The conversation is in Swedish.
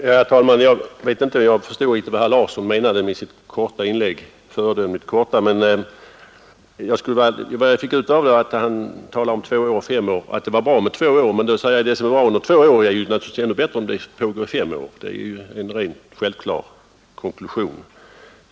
Herr talman! Jag vet inte vad herr Larsson i Umeå menade med sitt föredömligt korta inlägg. Vad jag fick ut av det var att han talade om två och fem år och ansåg att det var bra med två år. Då vill jag säga att det som är bra under två år naturligtvis är ännu bättre under fem år. Det är en rent självklar konklusion.